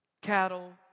cattle